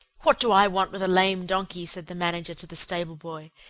what do i want with a lame donkey? said the manager to the stableboy.